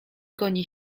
goni